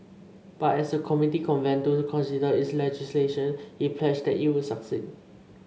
but as the committee convened to consider its legislation he pledged that it would succeed